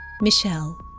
Michelle